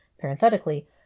parenthetically